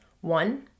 One